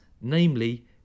namely